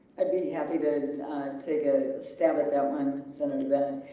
i'd be happy to take a stab at that one senator bennett